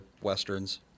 westerns